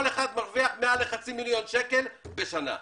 אחד מרוויח מעל לחצי מיליון שקל בשנה.